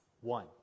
One